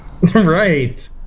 right